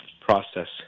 process